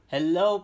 Hello